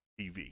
TV